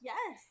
Yes